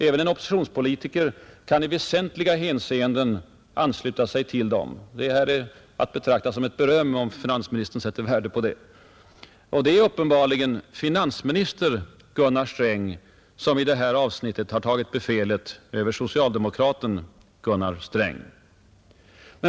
Även en oppositionspolitiker kan i väsentliga hänseenden ansluta sig till dem. Detta är att betrakta som ett beröm om finansministern sätter värde på det. Det är uppenbarligen finansminister Gunnar Sträng, som i detta avsnitt tagit befälet över socialdemokraten Gunnar Sträng.